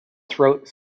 throat